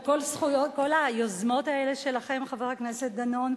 כל היוזמות האלה שלכם, חבר הכנסת דנון,